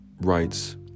writes